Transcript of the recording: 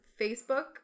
facebook